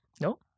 No